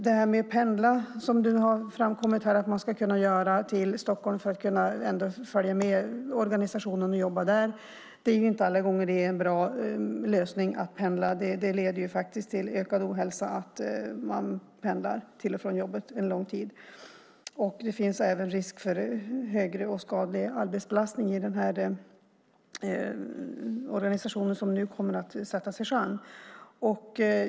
Det har framkommit här att man ska kunna pendla till Stockholm för att kunna följa med organisationen och jobba där. Det är inte alla gånger det är en bra lösning att pendla. Att pendla en lång tid leder till ökad ohälsa. Det finns även risk för skadlig arbetsbelastning i den organisation som nu kommer att sättas i sjön.